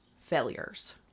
failures